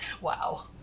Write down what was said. Wow